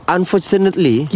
Unfortunately